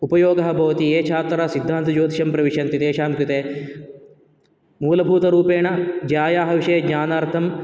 उपयोगः भवति ये छात्राः सिद्धान्तज्योतिषं प्रविशन्ति तेषां कृते मूलभूतरूपेण ज्यायाः विषये ज्ञानार्थं